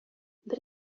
бер